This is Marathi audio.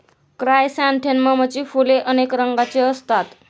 क्रायसॅन्थेममची फुले अनेक रंगांची असतात